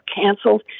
canceled